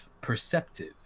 perceptive